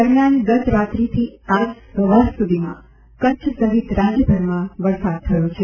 દરમ્યાન ગત રાત્રીથી આજ સવાર સુધીમાં કચ્છ સહિત રાજયભરમાં વરસાદ થયો છે